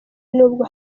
nubwo